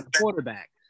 quarterback